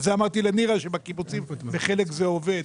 את זה אמרתי לנירה, שבקיבוצים, בחלק, זה עובד.